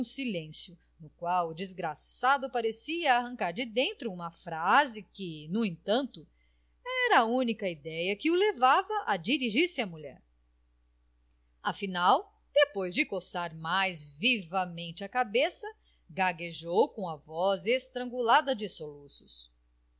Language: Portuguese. silêncio no qual o desgraçado parecia arrancar de dentro uma frase que no entanto era a única idéia que o levava a dirigir-se à mulher afinal depois de coçar mais vivamente a cabeça gaguejou com a voz estrangulada de soluços